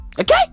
Okay